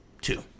two